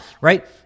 right